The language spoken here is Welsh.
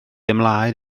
ymlaen